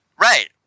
Right